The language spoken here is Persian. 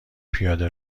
پیاده